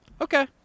okay